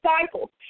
disciples